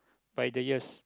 by the years